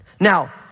Now